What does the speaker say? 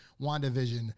WandaVision